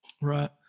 right